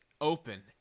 open